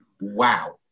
Wow